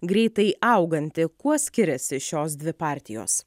greitai auganti kuo skiriasi šios dvi partijos